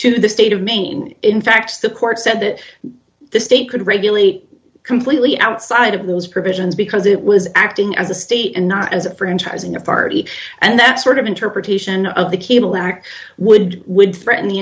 to the state of maine in fact the court said that the state could regulate completely outside of those provisions because it was acting as a state and not as franchising a party and that sort of interpretation of the cable act would would threaten the